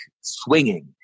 swinging